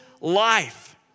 life